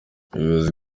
ubuyobozi